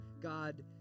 God